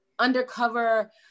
Undercover